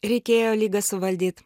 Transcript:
reikėjo ligą suvaldyt